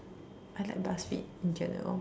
I like Buzzfeed in general